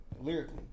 Lyrically